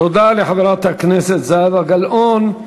תודה לחברת הכנסת זהבה גלאון.